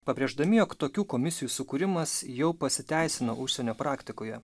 pabrėždami jog tokių komisijų sukūrimas jau pasiteisino užsienio praktikoje